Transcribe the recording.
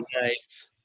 Nice